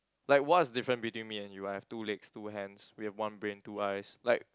like what's different between me and you I have two legs two hands we have one brain two eyes like